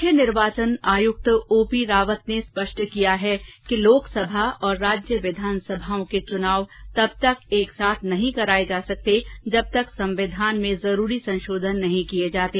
मुख्य निर्वाचन आयुक्त ओपी रावत ने स्पष्ट किया है कि लोकसभा और राज्य विधानसभाओं के चुनाव तब तक एक साथ नहीं कराये जा सकते जब तक संविधान में जरूरी संशोधन नहीं किए जाते